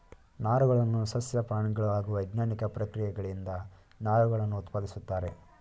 ನಾರುಗಳನ್ನು ಸಸ್ಯ ಪ್ರಾಣಿಗಳು ಹಾಗೂ ವೈಜ್ಞಾನಿಕ ಪ್ರಕ್ರಿಯೆಗಳಿಂದ ನಾರುಗಳನ್ನು ಉತ್ಪಾದಿಸುತ್ತಾರೆ